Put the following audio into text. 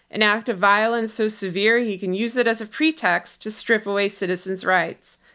an act of violence so severe you can use it as a pretext to strip away citizens rights.